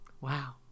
Wow